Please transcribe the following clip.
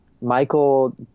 Michael